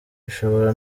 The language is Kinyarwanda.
ushobora